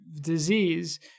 disease